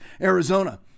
Arizona